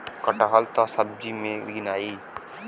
कटहल त सब्जी मे गिनाई